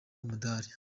umudali